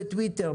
בטוויטר,